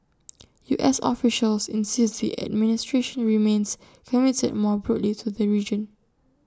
U S officials insist the administration remains committed more broadly to the region